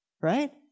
right